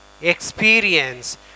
experience